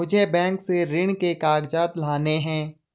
मुझे बैंक से ऋण के कागजात लाने हैं